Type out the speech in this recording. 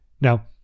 Now